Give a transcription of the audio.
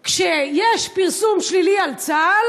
מה שאנחנו רואים במרחב הזה.